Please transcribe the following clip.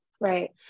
Right